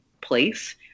place